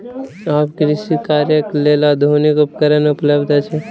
आब कृषि कार्यक लेल आधुनिक उपकरण उपलब्ध अछि